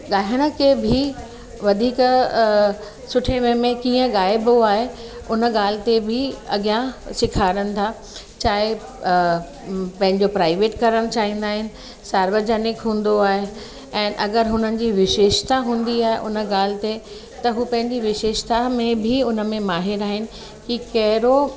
ॻाइण खे बि वधीक सुठे वे में कीअं ॻाइबो आहे उन ॻाल्हि ते बि अॻियां सेखारींदा चाहे प्राइवेट करणु चाहींदा आहिनि सार्वजनिक हूंदो आहे ऐं अगरि हुननि जी विशेषता हूंदी आहे उन ॻाल्हि ते त हू पंहिंजी विशेषता में बि हुन में माहिरु आहिनि की कहिड़ो